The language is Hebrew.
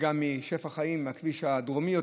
וגם משפע חיים, מהכביש הדרומי יותר.